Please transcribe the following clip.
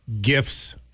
gifts